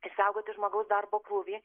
išsaugoti žmogaus darbo krūvį